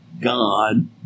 God